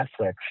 Netflix